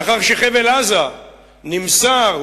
לאחר שחבל-עזה נמסר,